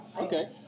Okay